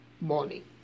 morning